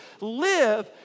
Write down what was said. live